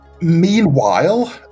Meanwhile